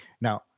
Now